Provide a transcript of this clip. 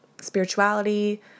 spirituality